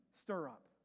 Stir-up